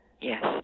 Yes